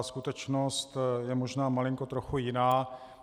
Skutečnost je možná malinko trochu jiná.